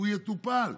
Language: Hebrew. והוא יטופל.